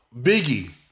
Biggie